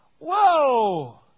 Whoa